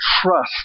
trust